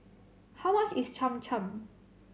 how much is Cham Cham